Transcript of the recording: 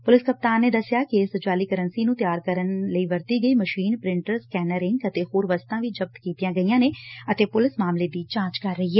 police ਕਪਤਾਨ ਨੇ ਦਸਿਆ ਕੈ ਇਸ ਜਾਅਲੀ ਕਰੰਸੀ ਨੂੰ ਤਿਆਰ ਕਰਨ ਲਈ ਵਰਤੀ ਗਈ ਮਸ਼ੀਨ ਪ੍ਰਿਟ ਸੈਕਨਰ ਇੰਕ ਅਤੇ ਹੋਰ ਵਸਤਾ ਵੀ ਜ਼ਬਤ ਕੀਤੀਆ ਨੇ ਅਤੇ ਪੁਲਿਸ ਮਾਮਲੇ ਦੀ ਜਾਂਚ ਕਰ ਰਹੀ ਏ